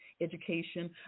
education